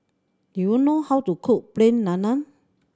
do you know how to cook Plain Naan